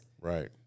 right